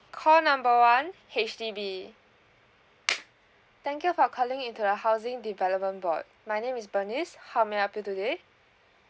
call number one H_D_B thank you for calling into the housing development board my name is bernice how may I help you today